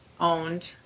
owned